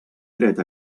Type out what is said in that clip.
dret